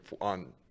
on